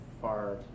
far